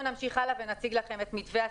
נציג לכם את מתווה הסיבים.